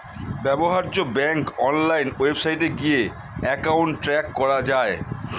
ব্যবহার্য bank online ওয়েবসাইটে গিয়ে অ্যাকাউন্ট ট্র্যাক করা যায়